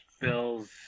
Bills